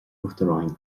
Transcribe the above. uachtaráin